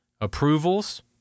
approvals